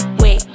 wait